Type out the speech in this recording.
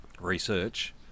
research